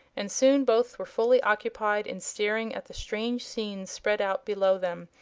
and soon both were fully occupied in staring at the strange scenes spread out below them.